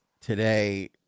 today